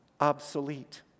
obsolete